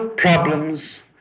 Problems